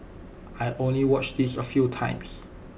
I only watched this A few times